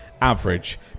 average